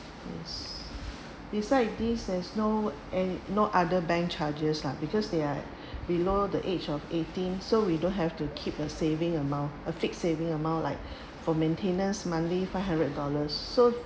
beside this there's no any no other bank charges lah because they are below the age of eighteen so we don't have to keep a saving amount a fix saving amount like for maintenance monthly five hundred dollars so